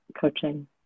coaching